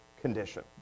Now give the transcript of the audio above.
condition